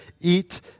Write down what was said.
eat